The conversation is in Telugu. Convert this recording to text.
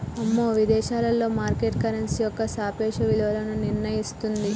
అమ్మో విదేశాలలో మార్కెట్ కరెన్సీ యొక్క సాపేక్ష విలువను నిర్ణయిస్తుంది